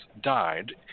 died